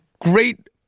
great